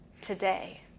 today